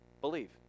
believe